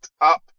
up